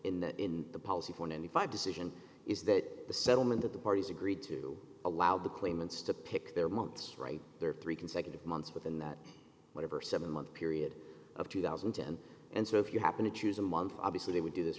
in the in the policy for ninety five decision is that the settlement that the parties agreed to allow the claimants to pick their months right there three consecutive months within that whatever seven month period of two thousand and ten and so if you happen to choose a month obviously they would do this